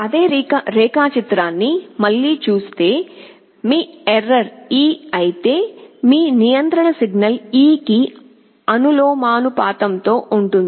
అదే రేఖాచిత్రాన్ని మళ్ళీ చూస్తే మీ ఎర్రర్ e అయితే మీ నియంత్రణ సిగ్నల్ e కి అనులోమానుపాతంలో ఉంటుంది